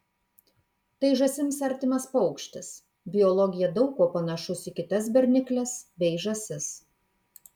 tai žąsims artimas paukštis biologija daug kuo panašus į kitas bernikles bei žąsis